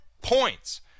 points